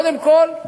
קודם כול,